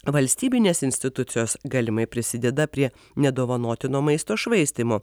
valstybinės institucijos galimai prisideda prie nedovanotino maisto švaistymo